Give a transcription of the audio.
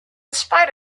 spite